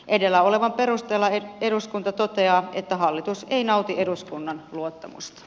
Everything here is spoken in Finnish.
edellä olevan perusteella eduskunta toteaa että hallitus ei nauti eduskunnan luottamusta